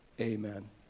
amen